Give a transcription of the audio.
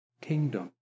kingdom